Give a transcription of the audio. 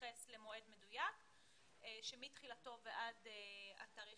להתייחס למועד מדויק שמתחילתו ועד התאריך